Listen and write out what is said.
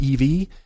EV